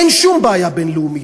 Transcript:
אין שום בעיה בין-לאומית.